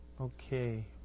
Okay